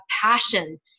passion